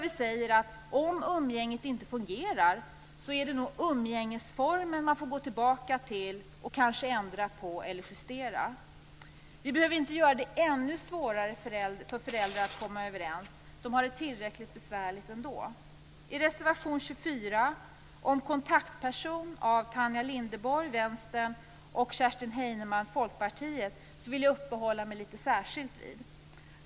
Vi säger att om umgänget inte fungerar är det umgängesformen man får se på och kanske ändra eller justera. Vi behöver inte göra det ännu svårare för föräldrar att komma överens. De har det tillräckligt besvärligt ändå. Reservation 24 om kontaktperson av Tanja Linderborg från Vänsterpartiet och Kerstin Heinemann från Folkpartiet vill jag uppehålla mig litet extra vid.